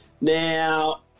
now